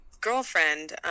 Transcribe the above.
girlfriend